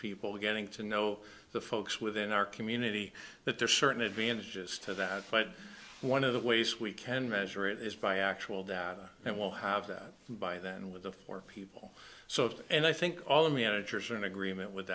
people getting to know the folks within our community that there are certain advantages to that but one of the ways we can measure it is by actual data and we'll have that by then with the four people so and i think all the managers are in agreement w